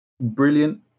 brilliant